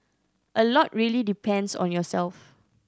a lot really depends on yourself